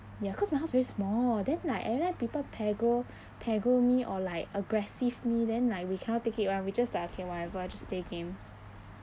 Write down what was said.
ya cause my house very small then like every time people pagro pagro me or like aggressive me then like we cannot take it [one] we just like okay whatever I just play game